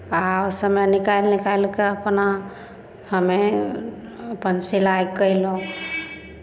आ समय निकालि निकालि कऽ अपना हमे अपन सिलाइ कयलहुँ